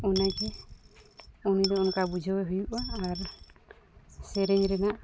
ᱚᱱᱟᱜᱮ ᱩᱱᱤᱫᱚ ᱚᱱᱠᱟ ᱵᱩᱡᱷᱟᱹᱣᱮ ᱦᱩᱭᱩᱜᱼᱟ ᱟᱨ ᱥᱮᱨᱮᱧ ᱨᱮᱱᱟᱜ